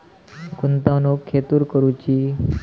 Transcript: गुंतवणुक खेतुर करूची?